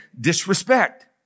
disrespect